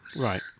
Right